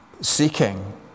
seeking